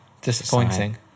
disappointing